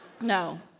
No